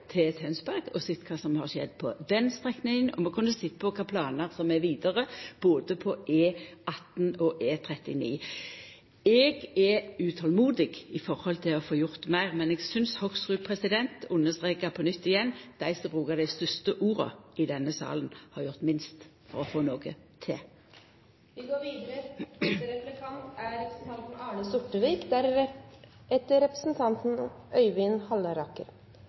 til Tønsberg og sett kva som har skjedd på den strekninga, og vi kunne sett på kva planar som er vidare både på E18 og E39. Eg er utolmodig etter å få gjort meir, men eg synest Hoksrud understreka på nytt igjen at dei som brukar dei største orda i denne salen, har gjort minst for å få noko til.